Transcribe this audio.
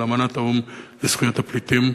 על אמנת האו"ם לזכויות הפליטים,